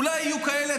אולי יהיו כאלה,